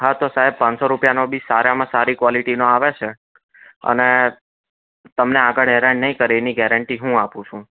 હા તો સાહેબ પાંચસો રૂપિયાનો બી સારામાં સારી ક્વોલિટીનો આવે છે અને તમને આગળ હેરાન નહીં કરે એની ગેરંટી હું આપું છું